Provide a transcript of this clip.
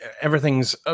everything's